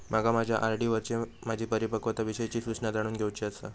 माका माझ्या आर.डी वरची माझी परिपक्वता विषयची सूचना जाणून घेवुची आसा